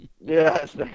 Yes